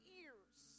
ears